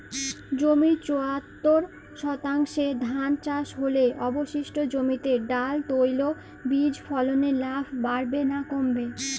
জমির চুয়াত্তর শতাংশে ধান চাষ হলে অবশিষ্ট জমিতে ডাল তৈল বীজ ফলনে লাভ বাড়বে না কমবে?